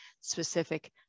specific